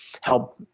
help